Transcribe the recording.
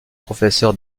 professeur